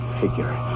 figure